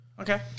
Okay